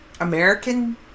American